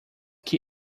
que